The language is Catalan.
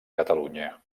catalunya